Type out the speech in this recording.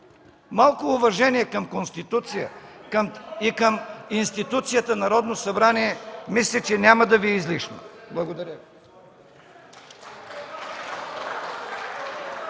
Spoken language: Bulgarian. Малко уважение към Конституция и към институцията Народно събрание, мисля че няма да Ви е излишно. Благодаря.